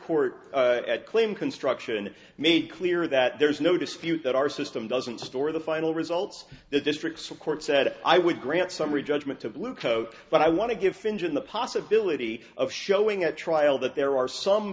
court at claim construction made clear that there is no dispute that our system doesn't store the final results the district court said i would grant summary judgment to blue coat but i want to give fintan the possibility of showing at trial that there are some